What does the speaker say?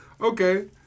Okay